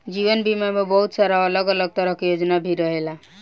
जीवन बीमा में बहुत सारा अलग अलग तरह के योजना भी रहेला